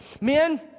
men